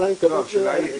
אבל אני מקווה שזה יעלה.